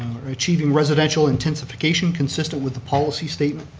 achieving residential intensification consistent with the policy statement,